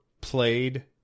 played